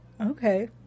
Okay